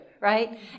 right